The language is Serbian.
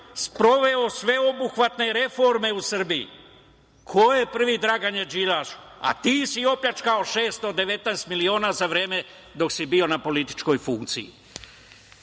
sproveo sveobuhvatne reforme u Srbiji? Ko je prvi, Dragane Đilašu? A ti si opljačkao 619 miliona za vreme dok si bio na političkoj funkciji? Ko